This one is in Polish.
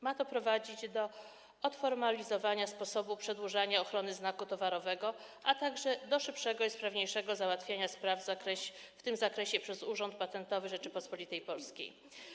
Ma to prowadzić do odformalizowania sposobu przedłużania ochrony znaku towarowego, a także do szybszego i sprawniejszego załatwiania spraw w tym zakresie przez Urząd Patentowy Rzeczypospolitej Polskiej.